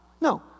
No